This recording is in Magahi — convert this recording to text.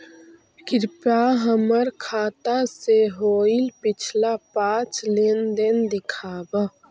कृपा हमर खाता से होईल पिछला पाँच लेनदेन दिखाव